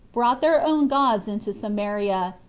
brought their own gods into samaria,